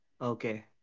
Okay